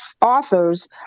authors